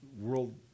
world